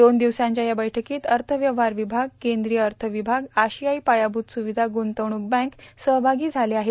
दोन दिवसांच्या या बैठकीत अर्थव्यवहार विभाग केंद्रीय अर्थ विभाग आशियाई पायाभूत सुविधा गुंतवणूक बँक सहभागी झाले आहेत